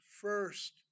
first